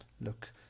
look